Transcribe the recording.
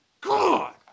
God